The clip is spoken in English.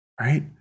Right